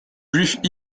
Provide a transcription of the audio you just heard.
juifs